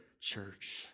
church